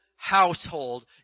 household